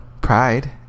pride